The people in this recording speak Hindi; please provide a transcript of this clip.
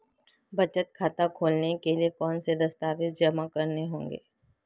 बचत खाता खोलते समय कौनसे दस्तावेज़ जमा करने होंगे?